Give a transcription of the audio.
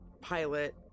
pilot